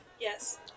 Yes